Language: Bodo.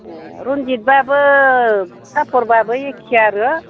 एह रनजित बाबो सापर बाबो एखे आरो